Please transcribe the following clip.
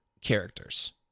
characters